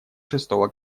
шестого